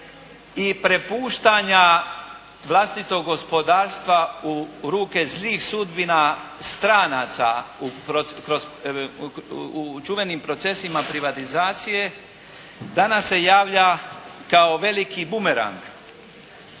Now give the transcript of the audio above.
i prepuštanja vlastitog gospodarstva u ruke zlih sudbina stranaca u čuvenim procesima privatizacije danas se javlja kao veliki bumerang.